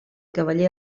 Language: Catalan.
cavaller